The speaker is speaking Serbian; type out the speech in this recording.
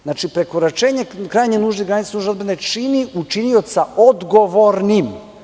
Znači, prekoračenje krajnje nužne granice nužne odbrane čini učinioca odgovornim.